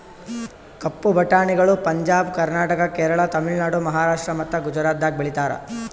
ಕಪ್ಪು ಬಟಾಣಿಗಳು ಪಂಜಾಬ್, ಕರ್ನಾಟಕ, ಕೇರಳ, ತಮಿಳುನಾಡು, ಮಹಾರಾಷ್ಟ್ರ ಮತ್ತ ಗುಜರಾತದಾಗ್ ಬೆಳೀತಾರ